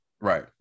right